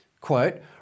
Quote